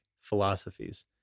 philosophies